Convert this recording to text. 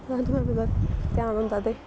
ध्यान होंदा ते